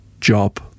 job